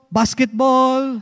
basketball